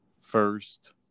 first